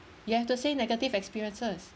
you have to say negative experiences